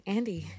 Andy